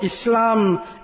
Islam